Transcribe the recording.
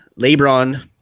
LeBron